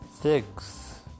six